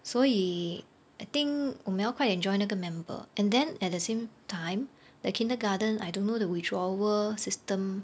所以 I think 我们要快点 join 那个 member and then at the same time the kindergarten I don't know the withdrawal system